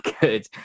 good